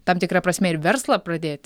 tam tikra prasme ir verslą pradėti